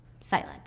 Silence